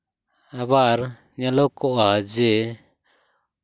ᱟᱵᱟᱨ ᱧᱮᱞᱚᱜᱼᱟ ᱡᱮ